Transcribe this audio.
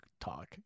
talk